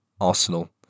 Arsenal